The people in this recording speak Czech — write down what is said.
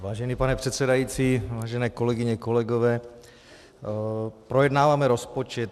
Vážený pane předsedající, vážené kolegyně, kolegové, projednáváme rozpočet.